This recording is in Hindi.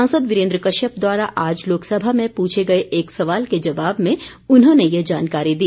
सांसद वीरेन्द्र कश्यप द्वारा आज लोकसभा में पूछे गए एक सवाल के जवाब में उन्होंने ये जानकारी दी